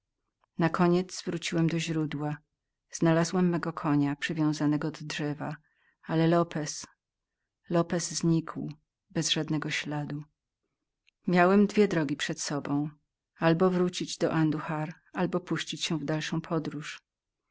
oddali nakoniec wróciłem do źródła znalazłem mego konia przywiązanego do drzewa ale lopez znikł bez żadnego śladu miałem dwie drogi przed sobą albo wrócić do anduhar albo puścić się w dalszą podróż